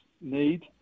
need